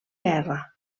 guerra